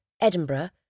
Edinburgh